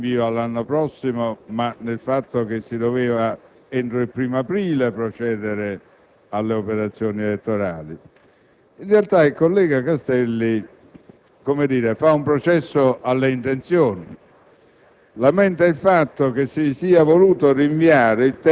la necessità e l'urgenza non la leggiamo nel rinvio all'anno prossimo ma nel fatto che si doveva entro il 1° aprile procedere alle operazioni elettorali. In realtà, il collega Castelli fa un processo alle intenzioni.